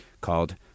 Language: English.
called